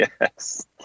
Yes